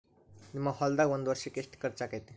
ನಿಮ್ಮ ಹೊಲ್ದಾಗ ಒಂದ್ ವರ್ಷಕ್ಕ ಎಷ್ಟ ಖರ್ಚ್ ಆಕ್ಕೆತಿ?